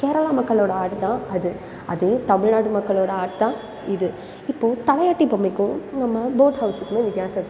கேரளா மக்களோடய ஆர்ட்டு தான் அது அதே தமிழ்நாட்டு மக்களோடய ஆர்ட்டு தான் இது இப்போது தலையாட்டி பொம்மைக்கும் நம்ம போட் ஹவுஸுக்குமே வித்தியாசம் எடுத்துப்போம்